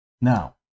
Now